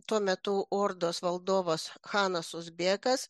tuo metu ordos valdovas chanas uzbekas